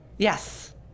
Yes